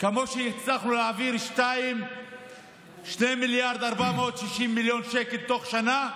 שכמו שהצלחנו להעביר 2 מיליארד ו-460 מיליון שקל תוך שנה,